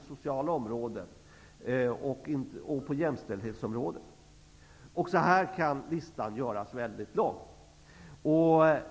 sociala fältet och på jämställdhetsområdet. Också här kan listan göras lång.